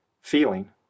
feeling